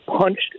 punched